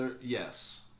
Yes